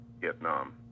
Vietnam